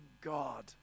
God